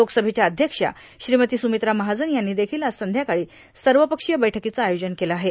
लोकसभेच्या अध्यक्षा श्रीमती सुमित्रा महाजन यांनी देखील आज संध्याकाळी सर्वपश्रीय वैठकीच आयोजन केलं आहे